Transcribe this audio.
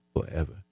forever